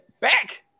back